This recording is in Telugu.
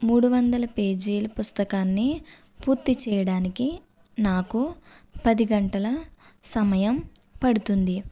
మూడు వందలు పేజీల పుస్తకాన్ని పూర్తి చేయడానికి నాకు పది గంటల సమయం పడుతుంది